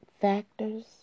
factors